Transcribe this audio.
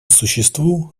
существу